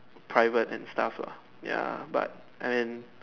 private and stuff lah ya but and then